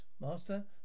Master